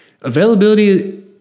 availability